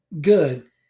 good